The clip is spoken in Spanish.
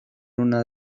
una